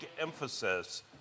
emphasis